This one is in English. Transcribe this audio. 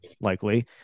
likely